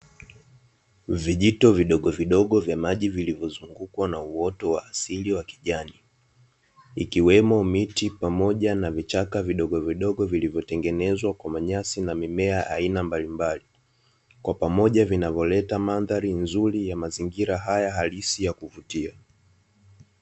Vijito vidogovidogo vya maji vilivyozungukwa na uoto wa asili wa kijani. Ikiwemo miti pamoja na vichaka vidogovidogo vilivyotengenezwa kwa manyasi na mimea aina mbalimbali. Kwa pamoja vinavyoleta mandhari nzuri ya mazingira haya halisi ya kuvutia.